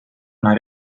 una